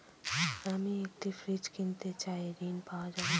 আমি একটি ফ্রিজ কিনতে চাই ঝণ পাওয়া যাবে?